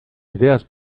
ideas